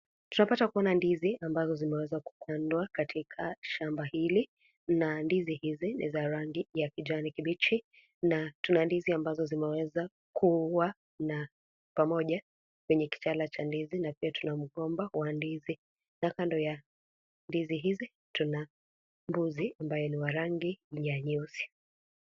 Tunapata kuona ndizi, ambazo zimeweza kupandwa katika shamba hili na ndizi hizi ni za rangi ya kijani kibichi na tuna ndizi ambazo zimeweza kuwa na pamoja, kwenye kitaala cha ndizi na pia tunamgomba wa ndizi na kando ya ndizi hizi ,tuna mbuzi, ambaye ni wa rangi ya nyeusi.